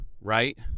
right